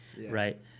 right